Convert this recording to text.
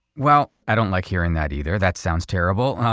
well, i don't like hearing that either. that sounds terrible.